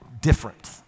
different